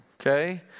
okay